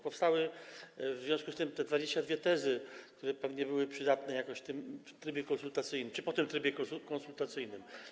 Powstały w związku z tym te 22 tezy, które pewnie były jakoś przydatne w tym trybie konsultacyjnym czy po tym trybie konsultacyjnym.